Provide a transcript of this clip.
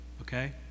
okay